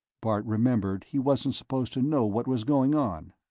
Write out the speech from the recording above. bart remembered he wasn't supposed to know what was going on.